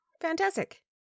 fantastic